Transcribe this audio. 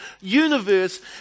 universe